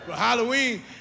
Halloween